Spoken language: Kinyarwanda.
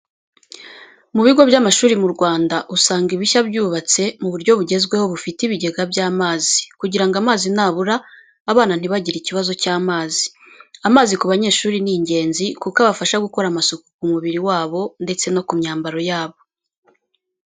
Mu bigo by'amashuri mu Rwanda usanga ibishya byubatse mu buryo bugezweho bifite ibigega by'amazi, kugira ngo amazi nabura abana ntibagire ikibazo cy'amazi. Amazi ku banyeshuri ni ingenzi kuko abafasha gukora amasuku ku mubiri wabo ndetse no myambaro yabo.